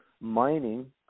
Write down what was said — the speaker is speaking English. mining